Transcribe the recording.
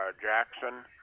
Jackson